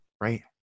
right